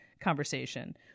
conversation